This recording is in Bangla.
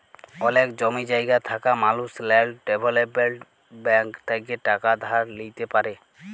অলেক জমি জায়গা থাকা মালুস ল্যাল্ড ডেভেলপ্মেল্ট ব্যাংক থ্যাইকে টাকা ধার লিইতে পারি